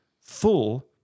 full